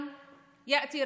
בשנה זו חל